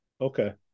Okay